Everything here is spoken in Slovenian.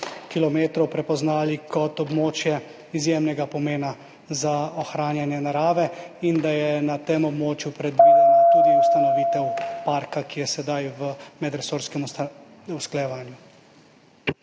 kilometrov, prepoznali kot območje izjemnega pomena za ohranjanje narave in da je na tem območju predvidena tudi ustanovitev parka, ki je sedaj v medresorskem usklajevanju.